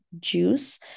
juice